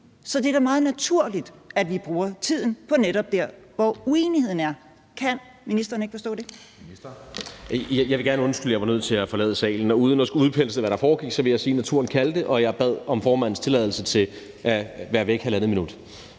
Så det er da meget naturligt, at vi bruger tiden netop der, hvor uenigheden er. Kan ministeren ikke forstå det?